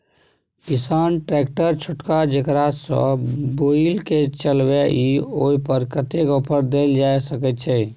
किसान ट्रैक्टर छोटका जेकरा सौ बुईल के चलबे इ ओय पर कतेक ऑफर दैल जा सकेत छै?